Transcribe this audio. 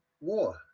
War